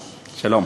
שלום.